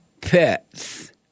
pets